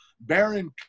Baron